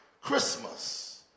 Christmas